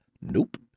Nope